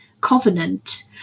Covenant